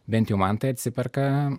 bent jau man tai atsiperka